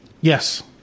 Yes